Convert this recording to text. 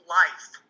life